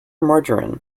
margarine